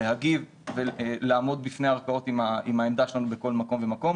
להגיב ולעמוד בפני הערכאות עם העמדה שלנו בכל מקום ומקום.